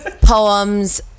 poems